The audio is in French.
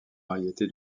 variétés